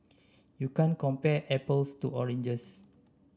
you can't compare apples to oranges